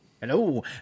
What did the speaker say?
Hello